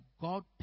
God